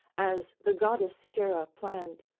as the goddess hera planned,